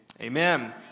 amen